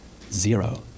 Zero